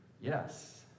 Yes